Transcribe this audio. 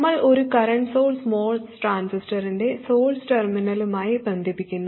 നമ്മൾ ഒരു current source MOS ട്രാൻസിസ്റ്ററിന്റെ സോഴ്സ് ടെർമിനലുമായി ബന്ധിപ്പിക്കുന്നു